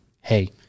hey